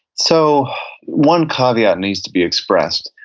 so one caveat needs to be expressed.